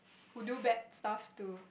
who do bad stuff to